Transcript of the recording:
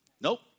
Nope